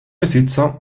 besitzer